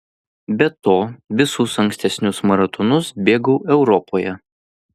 be to visus ankstesnius maratonus bėgau europoje